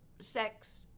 sex